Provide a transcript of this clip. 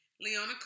Leona